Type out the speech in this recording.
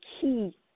key